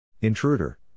Intruder